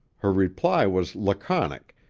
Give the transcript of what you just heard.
her reply was laconic,